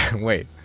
Wait